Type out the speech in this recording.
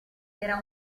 era